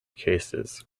cases